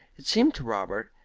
it seemed to robert,